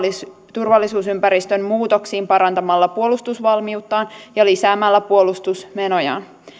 turvallisuusympäristön muutoksiin parantamalla puolustusvalmiuttaan ja lisäämällä puolustusmenojaan